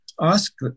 ask